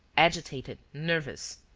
agitated, nervous.